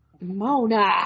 Mona